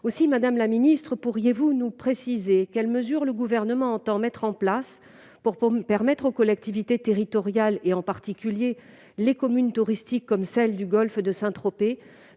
Aussi, madame la ministre, pourriez-vous nous préciser quelles mesures le Gouvernement entend mettre en oeuvre pour permettre aux collectivités territoriales, en particulier aux communes touristiques comme celles du golfe de Saint-Tropez,